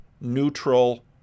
neutral